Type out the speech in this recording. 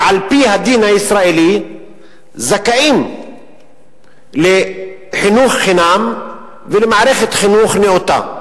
ועל-פי הדין הישראלי הם זכאים לחינוך חינם ולמערכת חינוך נאותה.